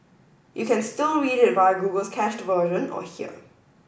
you can still read it via Google's cached version or here